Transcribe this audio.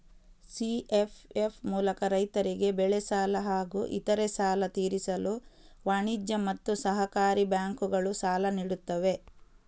CFF ಮೂಲಕ ರೈತರಿಗೆ ಬೆಳೆ ಸಾಲ ಹಾಗೂ ಇತರೆ ಸಾಲ ತೀರಿಸಲು ವಾಣಿಜ್ಯ ಮತ್ತು ಸಹಕಾರಿ ಬ್ಯಾಂಕುಗಳು ಸಾಲ ನೀಡುತ್ತವೆ